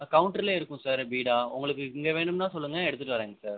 கவுண்ட்ருலையே இருக்கும் சார் பீடா உங்களுக்கு இங்கே வேணும்னா சொல்லுங்கள் எடுத்துகிட்டு வரேன்ங்க சார்